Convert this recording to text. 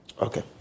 Okay